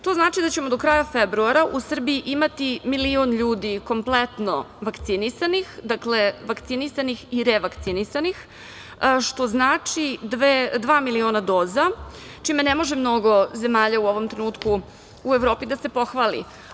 To znači da ćemo do kraja februara u Srbiji imati milion ljudi kompletno vakcinisanih i revakcinisanih, što znači dva miliona doza, čime ne može mnogo zemalja u ovom trenutku u Evropi da se pohvali.